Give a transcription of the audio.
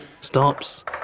stops